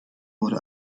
wurde